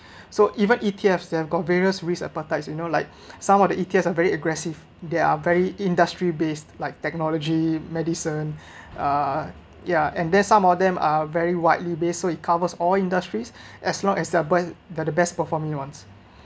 so even E_T_F they’re got various risk appetites you know like some of the E_T_F are very aggressive they are very industry based like technology medicine uh ya and then some of them are very widely based so it covers all industries as long as they're bu~ they’re the best performing one